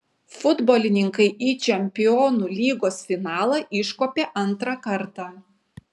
futbolininkai į čempionų lygos finalą iškopė antrą kartą